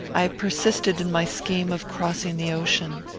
i persisted in my scheme of crossing the ocean.